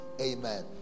Amen